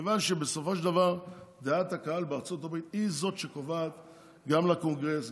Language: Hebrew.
כיוון שבסופו של דבר דעת הקהל בארצות הברית היא שקובעת גם לקונגרס,